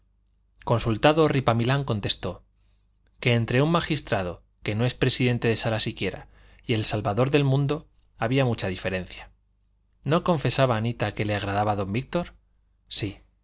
consultado ripamilán contestó que entre un magistrado que no es presidente de sala siquiera y el salvador del mundo había mucha diferencia no confesaba anita que le agradaba don víctor sí